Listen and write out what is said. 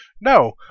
No